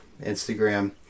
Instagram